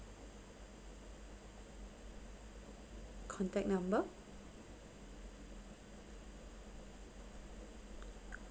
contact number